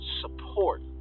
support